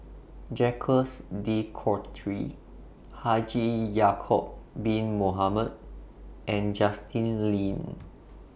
Jacques De Coutre Haji Ya'Acob Bin Mohamed and Justin Lean